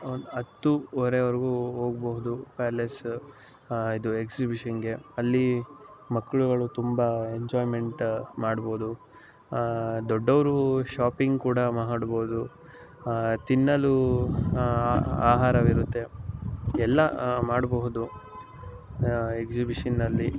ಒಂದು ಹತ್ತು ವರೆವರೆಗೂ ಹೋಗ್ಬಹ್ದು ಪ್ಯಾಲೇಸ್ ಇದು ಎಕ್ಸಿಬಿಷನ್ಗೆ ಅಲ್ಲಿ ಮಕ್ಕಳುಗಳು ತುಂಬ ಎಂಜಾಯ್ಮೆಂಟ್ ಮಾಡ್ಬೋದು ದೊಡ್ಡವರೂ ಶಾಪಿಂಗ್ ಕೂಡ ಮಾಡ್ಬೋದು ತಿನ್ನಲೂ ಆಹಾರವಿರುತ್ತೆ ಎಲ್ಲ ಮಾಡಬಹುದು ಎಕ್ಸಿಬಿಷನ್ನಿನಲ್ಲಿ